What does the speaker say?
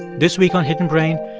this week on hidden brain,